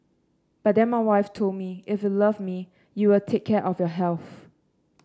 but then my wife told me if you love me you will take care of your health